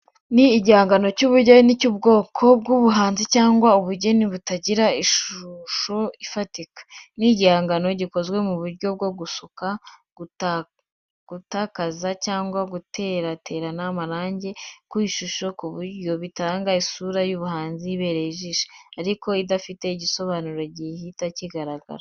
Ni igihangano cy’ubugeni cy’ubwoko bw'ubuhanzi cyangwa ubugeni butagira ishusho ifatika. Ni igihangano gikozwe mu buryo bwo gusuka, gutakaza cyangwa guteretana amarangi ku ishusho ku buryo bitanga isura y’ubuhanzi ibereye ijisho, ariko idafite igisobanuro gihita kigaragara.